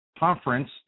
conference